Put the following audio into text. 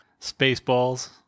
Spaceballs